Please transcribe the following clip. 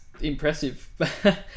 impressive